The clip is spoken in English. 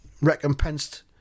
recompensed